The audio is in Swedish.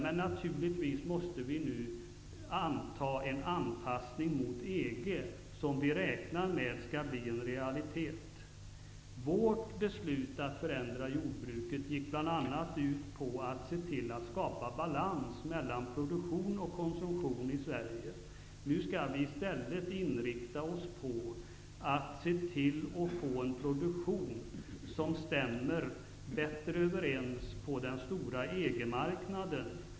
Men vi måste nu naturligtvis anpassa oss till EG, som vi räknar med skall bli en realitet. Vårt beslut att förändra jordbruket gick bl.a. ut på att skapa balans mellan produktion och konsumtion i Sverige. Vi skall nu i stället inrikta oss på att se till att få en produktion som bättre stämmer överens med den stora EG marknadens.